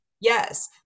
Yes